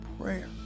prayer